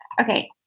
Okay